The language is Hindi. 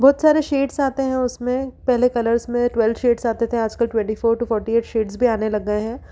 बहुत सारे शेड्स आते हैं उसमें पहले कलर्स में ट्वेल्व शेड्स आते थे आजकल twenty four to forty eight shades भी आने लग गए हैं